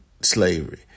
slavery